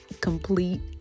complete